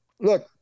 look